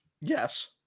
Yes